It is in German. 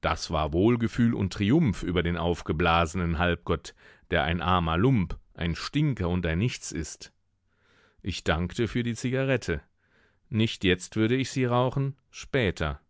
das war wohlgefühl und triumph über den aufgeblasenen halbgott der ein armer lump ein stinker und ein nichts ist ich dankte für die zigarette nicht jetzt würde ich sie rauchen später